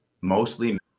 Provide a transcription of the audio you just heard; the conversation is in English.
mostly